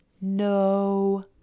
No